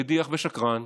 מדיח ושקרן.